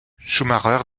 schumacher